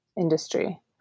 industry